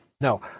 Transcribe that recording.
No